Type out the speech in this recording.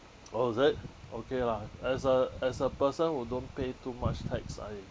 oh is it okay lah as a as a person who don't pay too much tax I